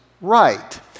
right